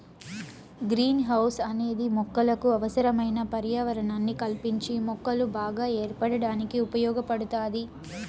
green house అనేది మొక్కలకు అవసరమైన పర్యావరణాన్ని కల్పించి మొక్కలు బాగా పెరగడానికి ఉపయోగ పడుతాది